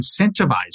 incentivize